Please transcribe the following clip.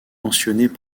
mentionnées